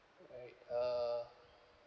like uh